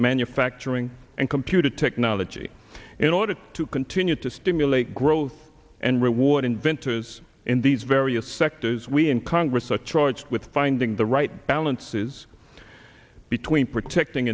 manufacturing and computer technology in order to continue to stimulate growth and reward inventors in these various sectors we in congress are charged with finding the right balance is between protecting